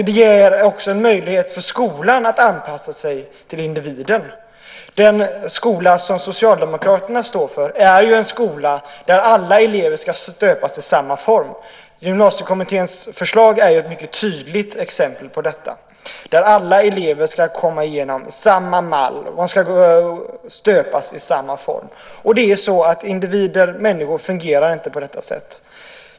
Det ger också möjlighet för skolan att anpassa sig till individen. Den skola som Socialdemokraterna står för är en skola där alla elever ska stöpas i samma form. Gymnasiekommitténs förslag är ett mycket tydligt exempel på detta. Alla elever ska följa samma mall, och alla ska stöpas i samma form. Människor fungerar inte på detta sätt.